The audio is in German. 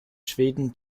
schweden